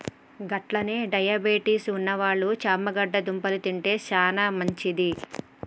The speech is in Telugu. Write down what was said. గట్లనే డయాబెటిస్ ఉన్నవాళ్ళు చేమగడ్డ దుంపలు తింటే సానా మంచిది